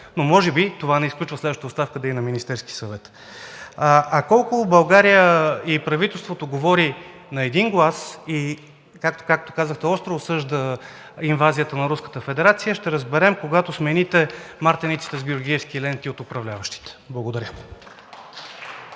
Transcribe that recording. но може би това не изключва следващата оставка да е на Министерския съвет. А колко в България и правителството говори на един глас и както казахте, остро осъжда инвазията на Руската федерация, ще разберем, когато от управляващите смените мартениците с Георгиевски ленти. Благодаря.